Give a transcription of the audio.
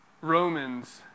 Romans